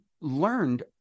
learned